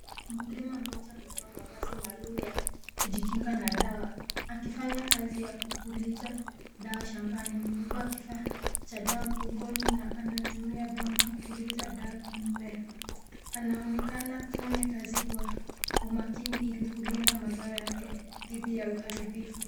Mkulima mmoja amevaa mavazi maalum ya kujikinga na dawa akifanya kazi ya kupuliza dawa shambani. Amebeba kifaa cha dawa mgongoni na anatumia bomba kupuliza dawa kwa mimea. Anaonekana kufanya kazi kwa umakini ili kulinda mazao yake dhidi ya uharibifu.